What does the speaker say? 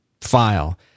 file